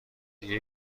دیگه